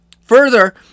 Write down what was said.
Further